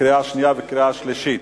בקריאה שנייה ובקריאה שלישית.